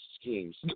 schemes